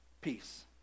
peace